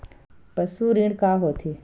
पशु ऋण का होथे?